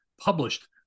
published